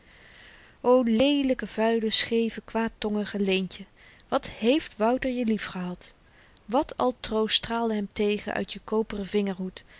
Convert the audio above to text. o leelyke vuile scheeve kwaadtongige leentje wat heeft wouter je lief gehad wat al troost straalde hem tegen uit je koperen vingerhoed